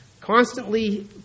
constantly